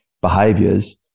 behaviors